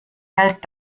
hält